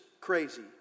Crazy